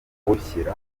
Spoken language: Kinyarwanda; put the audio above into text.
kuwushyira